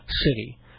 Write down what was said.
city